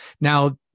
Now